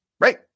right